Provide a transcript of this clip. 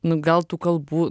nu gal tų kalbų